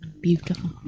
beautiful